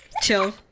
Chill